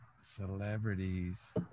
Celebrities